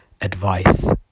advice